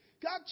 God